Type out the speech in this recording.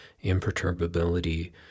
imperturbability